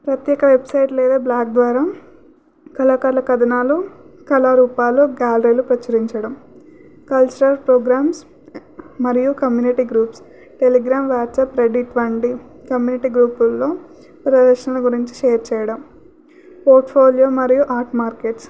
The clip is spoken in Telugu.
ప్రత్యేక వెబ్సైట్ లేదా బ్లాగ్ ద్వారా కళాకారుల కథనాలు కళారూపాలు గ్యాలరీలు ప్రచురించడం కల్చరల్ ప్రోగ్రామ్స్ మరియు community groups Telegram WhatsApp Reddit వంటి కమ్యూనిటీ గ్రూపుల్లో ప్రదర్శనల గురించి షేర్ చెయ్యడం పోర్ట్ఫోలియో మరియు ఆర్ట్ మార్కెట్స్